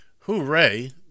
hooray